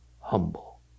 Humble